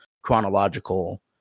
chronological